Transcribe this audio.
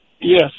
Yes